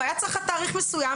והיה צריך עד תאריך מסוים,